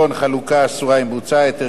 המשא-ומתן לגיבוש